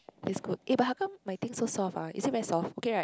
that's good eh but how come my thing so soft ah is it very soft okay right